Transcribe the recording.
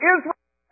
Israel